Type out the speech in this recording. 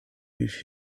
with